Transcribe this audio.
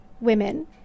women